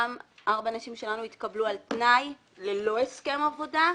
ארבעת הנשים שלנו התקבלו על תנאי ללא הסכם עבודה.